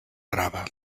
brava